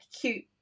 cute